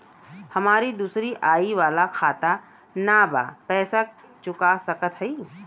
हमारी दूसरी आई वाला खाता ना बा पैसा चुका सकत हई?